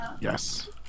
Yes